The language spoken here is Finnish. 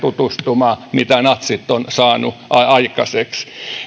tutustumaan mitä natsit ovat saaneet aikaiseksi